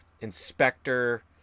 inspector